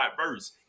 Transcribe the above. verse